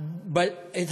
האוויר, המזוהם.